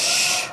ששש.